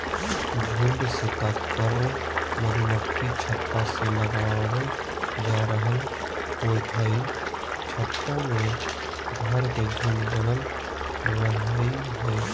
झुंड से तात्पर्य मधुमक्खी छत्ता से लगावल जा रहल हई छत्ता में घर के झुंड बनल रहई हई